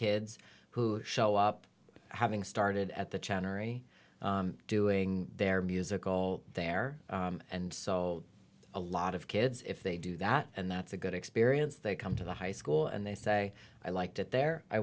kids who show up having started at the chan or a doing their musical there and so a lot of kids if they do that and that's a good experience they come to the high school and they say i liked it there i